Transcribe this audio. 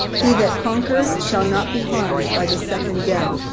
he that conquers shall not be harmed by the second death.